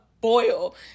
boil